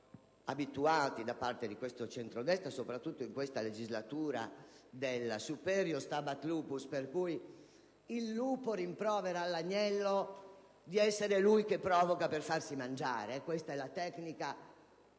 siamo abituati da questo centrodestra, soprattutto in questa legislatura, del *superior stabat lupus*, per cui il lupo rimprovera all'agnello di essere lui che provoca per farsi mangiare: questa è la tecnica